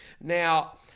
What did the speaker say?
Now